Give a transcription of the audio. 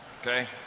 Okay